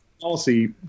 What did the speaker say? policy